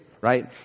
Right